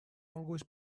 always